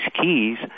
keys